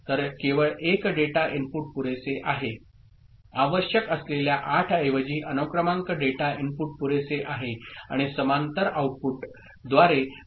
तर केवळ 1 data input पुरेसे आहे आवश्यक असलेल्या 8 ऐवजी अनुक्रमांक डेटा इनपुट पुरेसे आहे आणि समांतर आउटपुटद्वारे वाचन करणे आवश्यक आहे